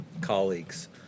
colleagues